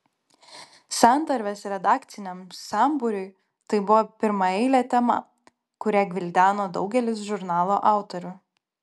santarvės redakciniam sambūriui tai buvo pirmaeilė tema kurią gvildeno daugelis žurnalo autorių